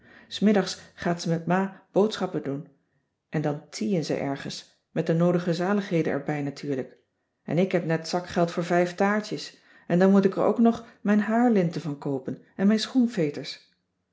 s middags gaat ze met ma boodschappen doen en dan tea en ze ergens met de noodige zaligheden erbij natuurlijk en k heb net zakgeld voor vijf taartjes en dan moet ik er ook nog mijn haarlinten van koopen en mijn schoenveters